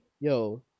yo